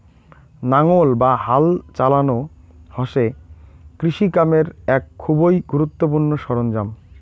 নাঙ্গল বা হাল চালানো হসে কৃষি কামের এক খুবই গুরুত্বপূর্ণ সরঞ্জাম